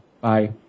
Bye